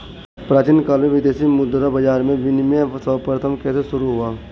प्राचीन काल में विदेशी मुद्रा बाजार में विनिमय सर्वप्रथम कैसे शुरू हुआ?